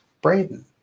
Braden